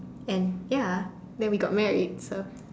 and ya we got married so